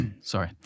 Sorry